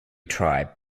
tribe